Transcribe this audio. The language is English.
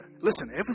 listen